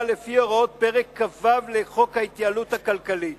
לפי הוראות פרק כ"ו לחוק ההתייעלות הכלכלית.